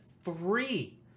three